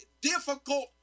difficult